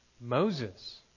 Moses